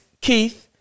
Keith